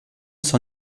s’en